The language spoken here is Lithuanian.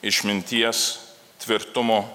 išminties tvirtumo